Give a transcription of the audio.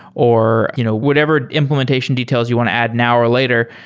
or you know whatever implementation details you want to add now or later.